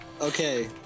Okay